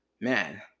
man